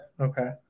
okay